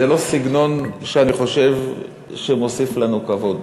זה לא סגנון שאני חושב שמוסיף לנו כבוד